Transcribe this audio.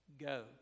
go